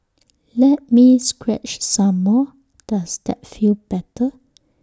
let me scratch some more does that feel better